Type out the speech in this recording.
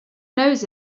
knows